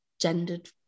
gendered